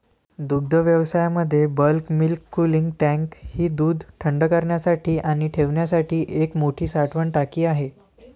दुग्धव्यवसायामध्ये bulk milk cooling tank ही दूध थंड करण्यासाठी आणि ठेवण्यासाठी एक मोठी साठवण टाकी आहे